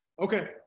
Okay